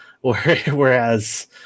Whereas